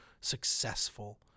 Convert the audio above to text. successful